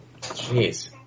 Jeez